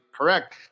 correct